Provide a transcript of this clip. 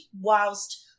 whilst